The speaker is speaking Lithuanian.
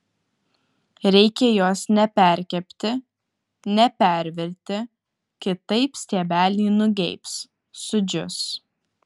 reikia jos neperkepti nepervirti kitaip stiebeliai nugeibs sudžius